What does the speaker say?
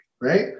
right